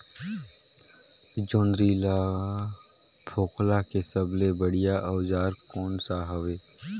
जोंदरी ला फोकला के सबले बढ़िया औजार कोन सा हवे?